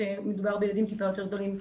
כשמדובר בילדים מעט יותר גדולים.